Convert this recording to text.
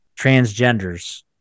transgenders